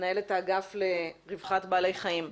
מנהלת האגף לרווחת בעלי חיים בבקשה.